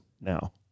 now